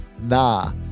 Nah